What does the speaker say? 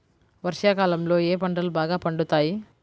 వర్షాకాలంలో ఏ పంటలు బాగా పండుతాయి?